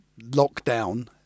lockdown